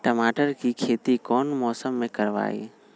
टमाटर की खेती कौन मौसम में करवाई?